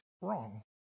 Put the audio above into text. wrong